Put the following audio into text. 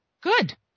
Good